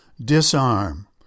disarm